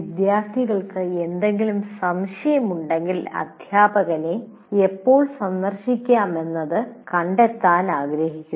വിദ്യാർത്ഥികൾക്ക് എന്തെങ്കിലും സംശയമുണ്ടെങ്കിൽ അധ്യാപകനെ എപ്പോൾ സന്ദർശിക്കാമെന്ന് കണ്ടെത്താൻ ആഗ്രഹിക്കുന്നു